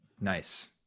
nice